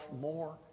more